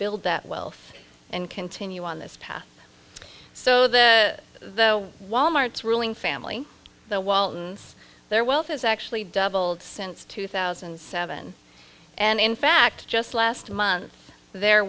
build that wealth and continue on this path so that the walmart's ruling family the waltons their wealth is actually doubled since two thousand and seven and in fact just last month there